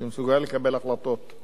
שהוא מסוגל לקבל החלטות,